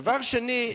דבר שני,